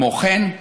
כמו כן,